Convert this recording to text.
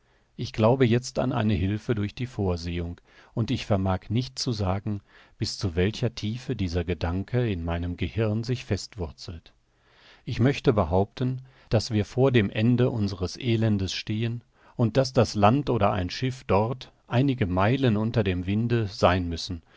ich glaube jetzt an eine hilfe durch die vorsehung und ich vermag nicht zu sagen bis zu welcher tiefe dieser gedanke in meinem gehirn sich festwurzelt ich möchte behaupten daß wir vor dem ende unseres elendes stehen und daß das land oder ein schiff dort einige meilen unter dem winde sein müssen